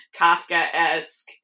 Kafka-esque